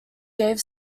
gave